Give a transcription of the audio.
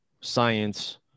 science